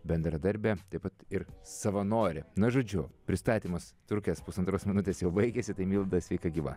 bendradarbė taip pat ir savanorė na žodžiu pristatymas trukęs pusantros minutės jau baigėsi tai milda sveika gyva